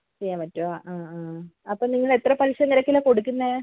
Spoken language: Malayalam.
ചെയ്യാൻ പറ്റുമോ ആ ആ ആ അപ്പം നിങ്ങള് എത്ര പലിശ നിരക്കിലാണ് കൊടുക്കുന്നത്